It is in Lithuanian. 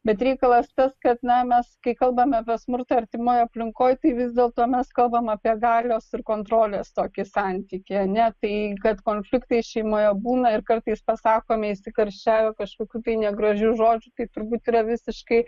bet reikalas tas kad na mes kai kalbam apie smurtą artimoj aplinkoj tai vis dėl to mes kalbam apie galios ir kontrolės tokį santykį ar ne tai kad konfliktai šeimoje būna ir kartais pasakomi įsikarščiavę kažkokių tai negražių žodžių kaip turbūt yra visiškai